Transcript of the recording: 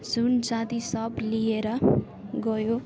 सुनचाँदी सब लिएर गयो